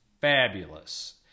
fabulous